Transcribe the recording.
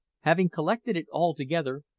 having collected it all together,